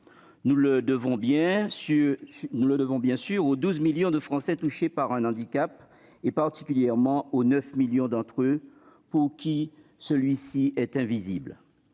Nous le devons bien sûr aux 12 millions de Français touchés par un handicap, particulièrement aux 9 millions d'entre eux dont le handicap est invisible.